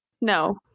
no